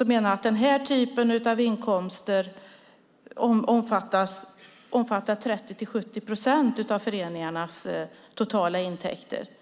och man säger att den här typen av inkomster omfattar 30-70 procent av föreningarnas totala intäkter.